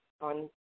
on